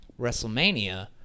WrestleMania